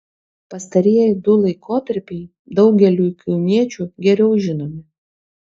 pastarieji du laikotarpiai daugeliui kauniečių geriau žinomi